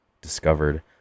discovered